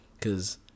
cause